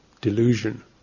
delusion